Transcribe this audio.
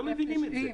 לא מבינים את זה.